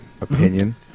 opinion